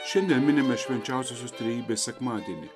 šiandien minime švenčiausiosios trejybės sekmadienį